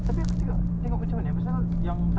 therapeutic ah it's very therapeutic